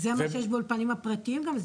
וזה מה שיש באולפנים הפרטיים גם?